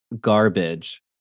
garbage